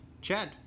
chad